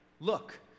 Look